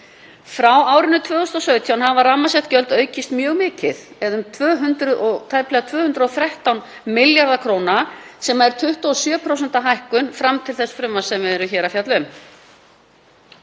Frá árinu 2017 hafa rammasett útgjöld aukist mjög mikið eða um tæplega 213 milljarða kr., sem er 27% hækkun fram til þess frumvarps sem við erum hér að fjalla um.